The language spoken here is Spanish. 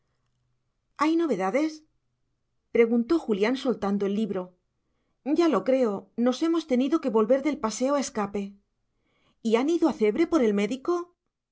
hay novedades preguntó julián soltando el libro ya lo creo nos hemos tenido que volver del paseo a escape y han ido a cebre por el médico